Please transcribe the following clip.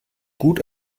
gut